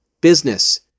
business